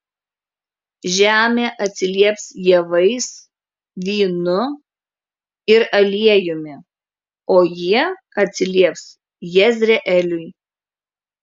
žemė atsilieps javais vynu ir aliejumi o jie atsilieps jezreeliui